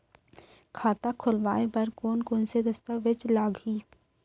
खाता खोलवाय बर कोन कोन से दस्तावेज लागही?